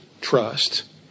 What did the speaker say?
trust